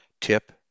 Tip